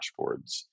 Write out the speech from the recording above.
dashboards